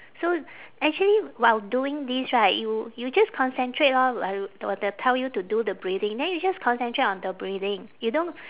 so actually while doing this right you you just concentrate lor while while they tell you to do the breathing then you just concentrate on the breathing you don't